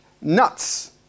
nuts